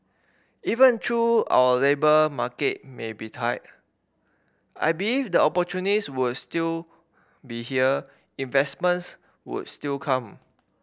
even though our labour market may be tight I believe the would still be here investments would still come